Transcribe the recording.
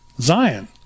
Zion